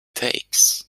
takes